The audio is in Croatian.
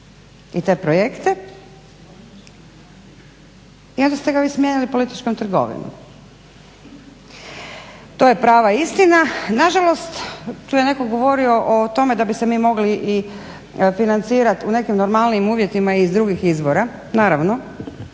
i te projekte i onda ste ga vi smijenili političkom trgovinom. To je prava istina. Nažalost, tu je netko govorio o tome da bi se mi mogli i financirat u nekim normalnijim uvjetima i iz drugih izvora, naravno.